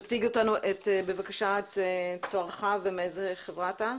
תציג לנו, בבקשה, את התואר שלך ומאיזה חברה אתה.